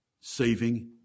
saving